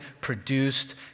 produced